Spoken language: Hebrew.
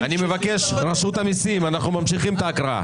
רשות המסים, אנחנו ממשיכים את ההקראה.